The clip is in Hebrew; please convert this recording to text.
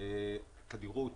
מבחינת תדירות